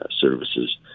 services